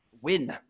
win